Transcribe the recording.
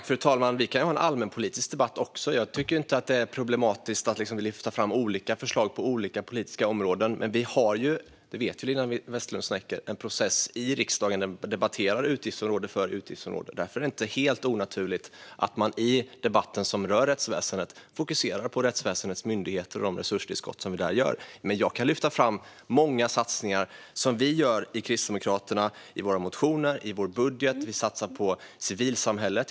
Fru talman! Vi kan ha en allmänpolitisk debatt också. Jag tycker inte att det är problematiskt att lyfta fram olika förslag på olika politiska områden. Men vi har en process i riksdagen - det vet Linda Westerlund Snecker - som innebär att vi debatterar utgiftsområde för utgiftsområde. Därför är det inte helt onaturligt att man i debatten som rör rättsväsendet fokuserar på rättsväsendets myndigheter och de resurstillskott som vi där gör. Jag kan lyfta fram många satsningar som vi i Kristdemokraterna gör i våra motioner och i vår budget. Vi satsar på civilsamhället.